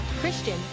Christian